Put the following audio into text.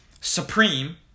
Supreme